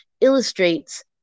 illustrates